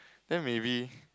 then maybe